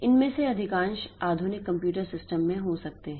इसमें से अधिकांश आधुनिक कंप्यूटर सिस्टम में हो सकते हैं